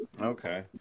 Okay